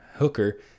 hooker